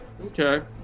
Okay